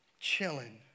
Chilling